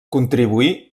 contribuí